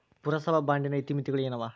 ಪುರಸಭಾ ಬಾಂಡಿನ ಇತಿಮಿತಿಗಳು ಏನವ?